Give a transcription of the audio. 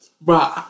Bro